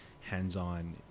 hands-on